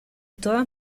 todas